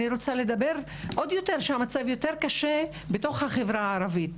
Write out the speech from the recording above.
אני רוצה לדבר על כך שהמצב יותר קשה בתוך החברה הערבית.